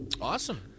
Awesome